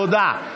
תודה.